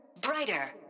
brighter